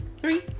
Three